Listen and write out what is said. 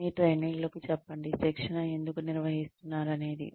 మీ ట్రైనీలకు చెప్పండి శిక్షణ ఎందుకు నిర్వహిస్తున్నారు అనేది